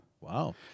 Wow